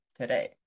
Today